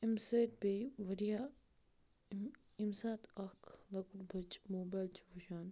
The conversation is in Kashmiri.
اَمہِ سۭتۍ پیٚیہِ واریاہ أمۍ ییٚمہِ ساتہٕ اَکھ لۄکُٹ بَچہِ موبایِل چھِ وٕچھان